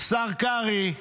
השר קרעי: